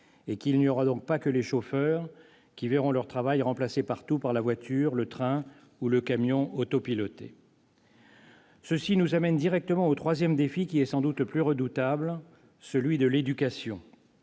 ne seront donc pas les seuls à voir leur travail remplacé partout par la voiture, le train ou le camion autopilotés. Cela nous amène directement au troisième défi, qui est sans doute le plus redoutable, celui de l'éducation.